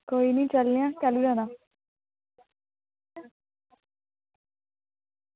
कोई निं चलने आं कैलूं जाना